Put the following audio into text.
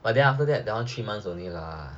but then after that that one three months only lah